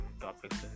topics